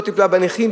לא טיפלה בנכים,